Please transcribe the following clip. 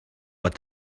but